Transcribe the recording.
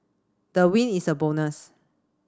the win is a bonus